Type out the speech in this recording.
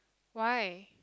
why